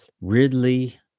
ridley